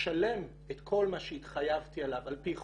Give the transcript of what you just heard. לשלם את כל מה שהתחייבתי עליו על פי חוק,